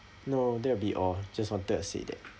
no that'll be all just wanted to say that